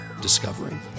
discovering